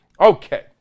Okay